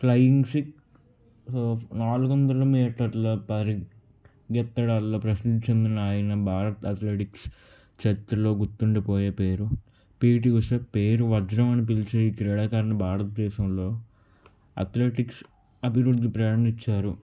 flying Sikh నాలుగొందల మీటర్ల పరిగ్ గెత్తడాల్లో ప్రసిద్ది చెందిన ఆయన భారత అథ్లెటిక్స్ చరిత్రలో గుర్తుండిపోయే పేరు పీటి ఉష పేరు వజ్రం అని పిలిచే క్రీడాకారిణి భారతదేశంలో అథ్లెటిక్స్ అభివృద్ధి ప్రేరణనిచ్చారు